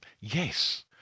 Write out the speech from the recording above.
yes